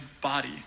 body